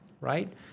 right